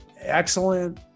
excellent